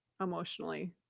emotionally